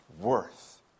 worth